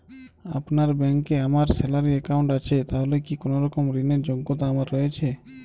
আপনার ব্যাংকে আমার স্যালারি অ্যাকাউন্ট আছে তাহলে কি কোনরকম ঋণ র যোগ্যতা আমার রয়েছে?